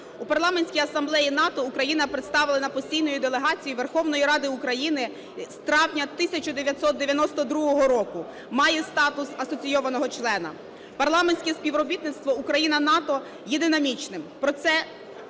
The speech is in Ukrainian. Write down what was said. У Парламентській асамблеї НАТО Україна представлена постійною делегацією Верховної Ради України з травня 1992 року, має статус асоційованого члена. Парламентське співробітництво Україна - НАТО є динамічним.